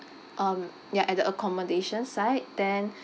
um ya at the accommodation side then